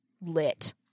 lit